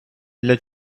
для